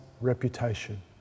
reputation